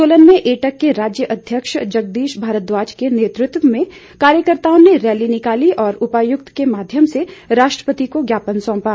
सोलन में एटक के राज्य अध्यक्ष जगदीश भारद्वाज के नेतृत्व में कार्यकर्ताओं ने रैली निकाली और उपायुक्त के माध्यम से राष्ट्रपति को ज्ञापन सौंपा